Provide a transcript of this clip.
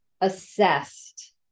Assessed